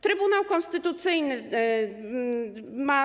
Trybunał Konstytucyjny ma.